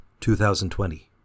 2020